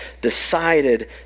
decided